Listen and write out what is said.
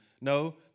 no